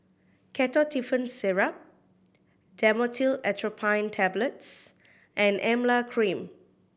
Ketotifen Syrup Dhamotil Atropine Tablets and Emla Cream